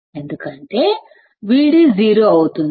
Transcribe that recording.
ఎందుకంటే Vd శూన్యం అవుతుంది